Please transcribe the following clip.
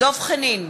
דב חנין,